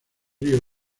ríos